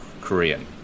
Korean